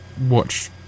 watch